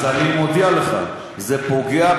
אז אני מודיע לך: זה פוגע,